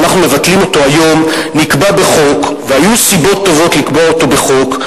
שאנחנו מבטלים אותו היום והיו סיבות טובות לקבוע אותו בחוק,